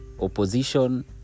opposition